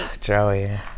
Joey